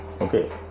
okay